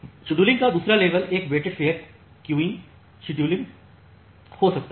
scheduling का दूसरा level एक वेटेड फेयर क्यूइंग शेड्यूलिंगहो सकता है